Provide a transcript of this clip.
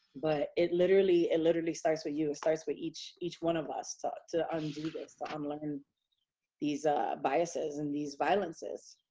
but it literally it literally starts with you. it starts with each each one of us to undo this to unlearn these biases and these violences.